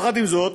יחד עם זאת,